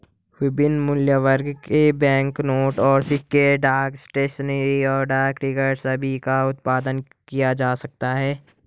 विभिन्न मूल्यवर्ग के बैंकनोट और सिक्के, डाक स्टेशनरी, और डाक टिकट सभी का उत्पादन किया जाता है